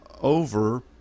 over